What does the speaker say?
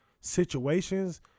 situations